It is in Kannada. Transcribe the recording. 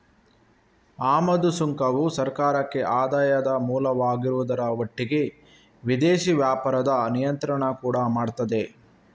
ಆಮದು ಸುಂಕವು ಸರ್ಕಾರಕ್ಕೆ ಆದಾಯದ ಮೂಲವಾಗಿರುವುದರ ಒಟ್ಟಿಗೆ ವಿದೇಶಿ ವ್ಯಾಪಾರದ ನಿಯಂತ್ರಣ ಕೂಡಾ ಮಾಡ್ತದೆ